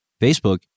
Facebook